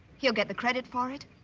he'll get the credit for it.